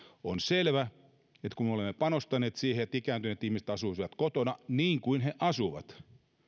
on selvä että kun me olemme panostaneet siihen että ikääntyneet ihmiset asuisivat kotona niin kuin he asuvat